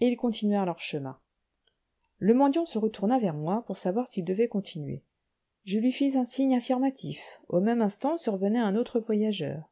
et ils continuèrent leur chemin le mendiant se retourna vers moi pour savoir s'il devait continuer je lui fis un signe affirmatif au même instant survenait un autre voyageur